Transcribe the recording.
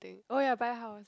oh ya buy house